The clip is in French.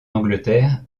angleterre